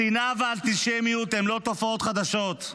השנאה והאנטישמיות הן לא תופעות חדשות.